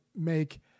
make